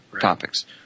topics